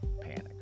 panic